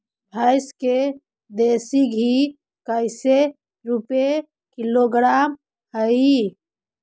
भैंस के देसी घी कैसे रूपये किलोग्राम हई?